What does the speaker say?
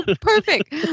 Perfect